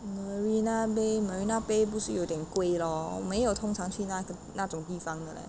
marina bay marina bay 不是有点贵 lor 没有通常去那个那种地方的 leh